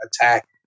attack